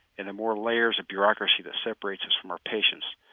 and the more layers of bureaucracy that separates us from our patients,